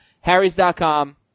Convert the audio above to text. Harrys.com